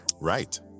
Right